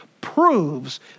proves